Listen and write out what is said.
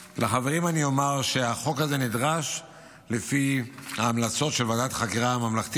לחברים אני אומר שהחוק הזה נדרש לפי ההמלצות של ועדת חקירה ממלכתית,